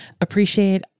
appreciate